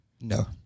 No